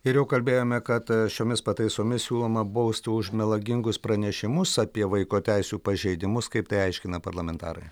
ir jau kalbėjome kad šiomis pataisomis siūloma bausti už melagingus pranešimus apie vaiko teisių pažeidimus kaip tai aiškina parlamentarai